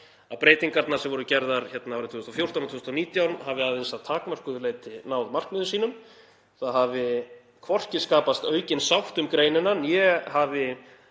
að breytingarnar sem voru gerðar árið 2014 og 2019 hafi aðeins að takmörkuðu leyti náð markmiðum sínum. Hvorki hafi skapast aukin sátt um greinina né hafi